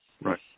Right